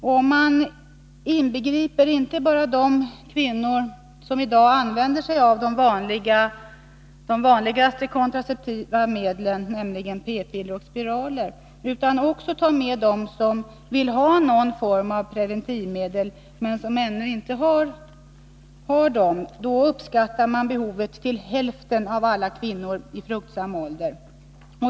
Om man inbegriper inte bara de kvinnor som i dag använder sig av de vanligaste kontraceptiva medlen, nämligen p-piller och spiraler, utan också tar med dem som vill ha någon form av preventivmedel men ännu inte har dem, uppskattas behovet till hälften av alla kvinnor i fruktsam ålder.